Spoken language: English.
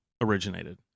originated